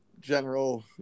general